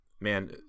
Man